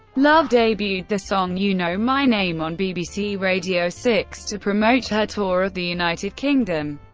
love debuted the song you know my name on bbc radio six to promote her tour of the united kingdom.